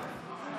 הוא לא התנצל.